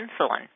insulin